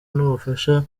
n’ubufasha